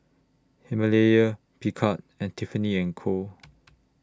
Himalaya Picard and Tiffany and Co